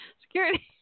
Security